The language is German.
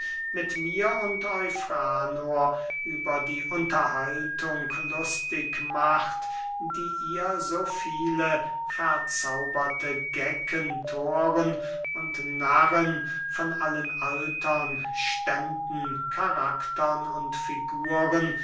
mit mir und eufranor über die unterhaltung lustig macht die ihr so viele verzauberte gecken thoren und narren von allen altern ständen karaktern und figuren